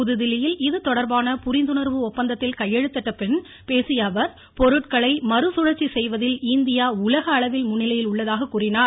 புதுதில்லியில் இது தொடர்பான புரிந்துணர்வு ஒப்பந்தத்தில் கையெழுத்திட்டபின் பேசிய அவர் பொருட்களை மறுசுழற்சி செய்வதில் இந்தியா உலக அளவில் முன்னிலையில் உள்ளதாக கூறினார்